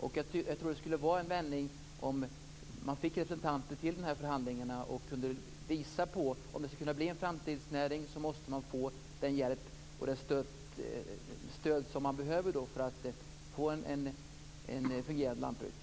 Jag tror att det skulle vara en vändning om man fick representanter till förhandlingarna. Det vore en vändning om man kunde visa på att om det skall kunna bli en framtidsnäring måste man få den hjälp och det stöd man behöver för att få ett fungerande lantbruk.